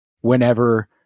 whenever